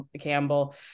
Campbell